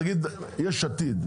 נגיד יש עתיד,